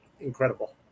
incredible